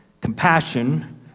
compassion